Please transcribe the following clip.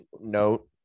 note